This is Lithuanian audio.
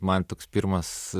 man toks pirmas